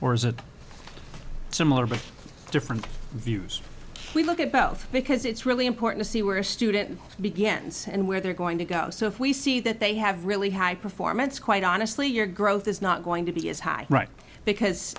it similar but different views we look at both because it's really important to see where a student begins and where they're going to go so if we see that they have really high performance quite honestly your growth is not going to be as high right now because